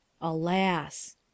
Alas